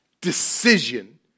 decision